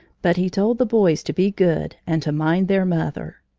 but he told the boys to be good and to mind their mother.